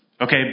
Okay